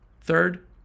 third